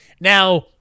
Now